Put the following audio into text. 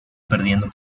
perdiendo